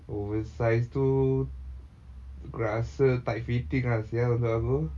oversized tu aku rasa tight fitting ah [sial] untuk aku